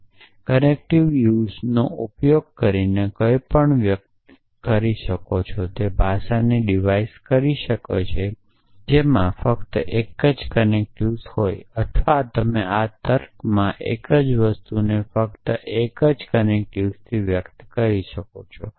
તે કનેક્ટિવ યુઝનો ઉપયોગ કરીને કંઇપણ વ્યક્ત કરો તે ભાષાને ડિવાઇસ કરી શકે છે જેમાં ફક્ત એક જ કનેક્ટિવ છે અથવા તમે આ તર્ક માં એક જ વસ્તુને ફક્ત એક જ કનેક્ટિવથી વ્યક્ત કરી શકો છો